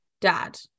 dad